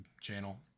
channel